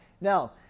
Now